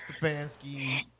Stefanski